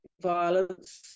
violence